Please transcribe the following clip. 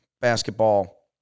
Basketball